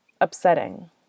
upsetting